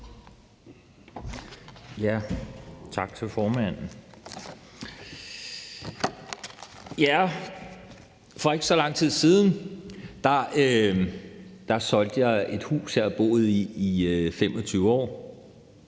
(V): Tak til formanden. For ikke så lang tid siden solgte jeg et hus, jeg har boet i i 25 år.